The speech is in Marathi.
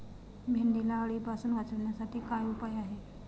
भेंडीला अळीपासून वाचवण्यासाठी काय उपाय आहे?